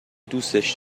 دوستش